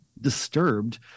disturbed